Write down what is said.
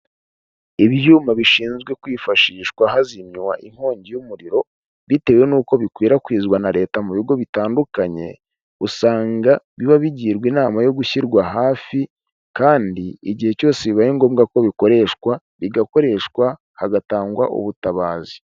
Ibyuma bishinzwe kwifashishwa hazimywa inkongi y'umuriro bitewe n'uko bikwirakwizwa na leta mu bigo bitandukanye, usanga biba bigirwa inama yo gushyirwa hafi, kandi igihe cyose bibaye ngombwa ko bikoreshwa bigakoreshwa hagatangwa ubutabazi.